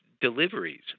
deliveries